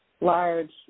large